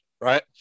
right